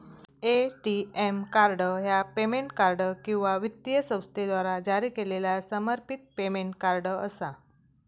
ATM card ह्या payment card किंवा वित्तीय संस्थेद्वारा जारी केलेला समर्पित पेमेंट कार्ड असा